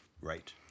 Right